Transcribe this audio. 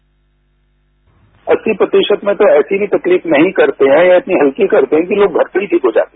sound bite अस्सी प्रतिशत में तो ऐसे भी तकलीफ नहीं करते हैं या इतनी हल्की करते हैं कि लोग घर पर ही ठीक हो जाते हैं